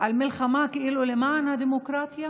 על מלחמה כאילו למען הדמוקרטיה